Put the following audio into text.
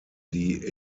die